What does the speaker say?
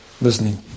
listening